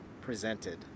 presented